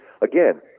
again